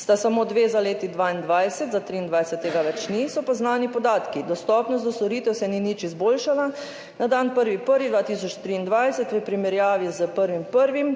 sta samo dve za leti 2022, za 2023 tega več ni. So pa znani podatki, dostopnost do storitev se ni nič izboljšala, na dan 1. 1. 2023 v primerjavi s 1. 1.